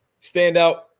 standout